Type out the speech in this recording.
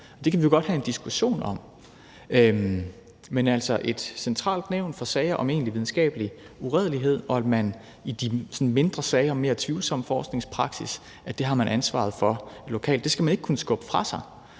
Det kan vi jo godt have en diskussion om, men altså, der er et centralt nævn for sager om egentlig videnskabelig uredelighed, og i de sådan mindre sager om mere tvivlsom forskningspraksis har man ansvaret lokalt. Det skal man ikke kunne skubbe fra sig.